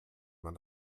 man